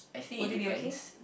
would it be okay